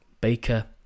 Baker